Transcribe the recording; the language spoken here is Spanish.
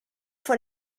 fue